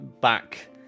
back